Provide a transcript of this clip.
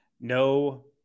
No